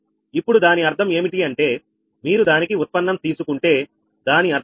ఇప్పుడు దాని అర్థం ఏమిటి అంటే మీరు దానికి ఉత్పన్నం తీసుకుంటే దాని అర్థం dp2dδ3